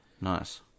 Nice